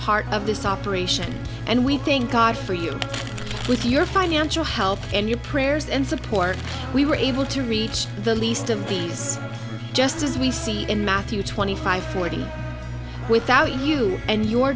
part of this operation and we think god for you with your financial help and your prayers and support we were able to reach the least of these just as we see in matthew twenty five forty without you and your